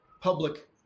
public